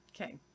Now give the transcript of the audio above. Okay